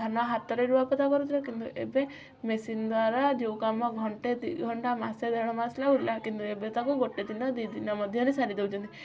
ଧାନ ହାତରେ ରୁଆ ପୋତା କରୁଥିଲେ କିନ୍ତୁ ଏବେ ମେସିନ ଦ୍ୱାରା ଯେଉଁ କାମ ଘଣ୍ଟେ ଦୁଇ ଘଣ୍ଟା ମାସେ ଦେଢ଼ ମାସ ଲାଗୁଥିଲା କିନ୍ତୁ ଏବେ ତାକୁ ଗୋଟେଦିନ ଦୁଇ ଦିନ ମଧ୍ୟରେ ସାରି ଦଉଛନ୍ତି